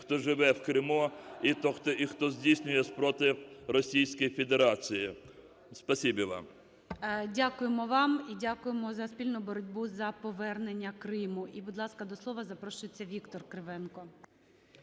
хто живе в Криму і, хто здійснює спротив Російській Федерації. Спасибі вам. ГОЛОВУЮЧИЙ. Дякуємо вам і дякуємо за спільну боротьбу за повернення Криму. І, будь ласка, до слова запрошується Віктор Кривенко.